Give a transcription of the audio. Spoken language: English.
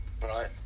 right